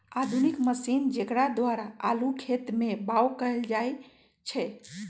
आधुनिक मशीन जेकरा द्वारा आलू खेत में बाओ कएल जाए छै